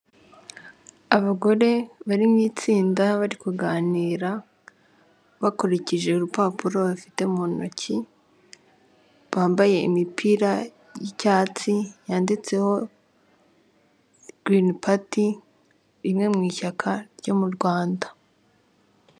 Abagore bari mu itsinda bari kuganira bakurikije urupapuro bafite mu ntoki, bambaye imipira y'icyatsi yanditseho Green Party, rimwe mu ishyaka ryo mu Rwanda.